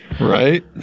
Right